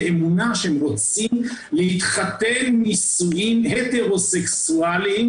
באמונה שהם רוצים להתחתן בנישואים הטרוסקסואלים